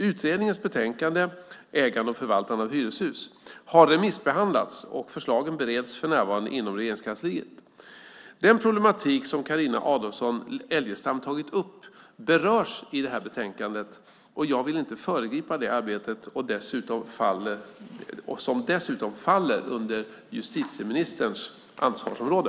Utredningens betänkande Ägande och förvaltning av hyreshus har remissbehandlats och förslagen bereds för närvarande inom Regeringskansliet. Den problematik som Carina Adolfsson Elgestam tagit upp berörs i betänkandet, och jag vill inte föregripa detta arbete som dessutom faller under justitieministerns ansvarsområde.